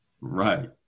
Right